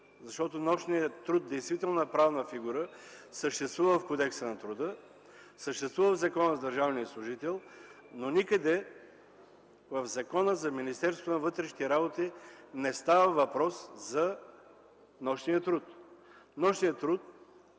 защото нощният труд действително е правна фигура, съществува в Кодекса на труда, в Закона за държавния служител, но в Закона за Министерството на вътрешните работи никъде не става въпрос за него. Нощният труд